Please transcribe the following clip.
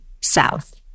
south